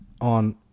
on